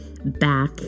back